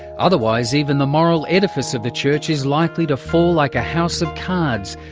otherwise even the moral edifice of the church is likely to fall like a house of cards.